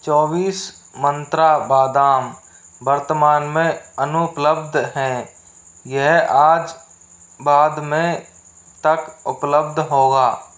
चौबीस मंत्रा बादाम वर्तमान में अनुपलब्ध है यह आज बाद में तक उपलब्ध होगा